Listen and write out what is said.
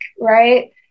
right